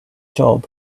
job